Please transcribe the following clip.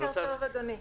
בוקר טוב, אדוני.